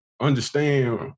understand